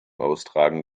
austragen